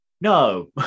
no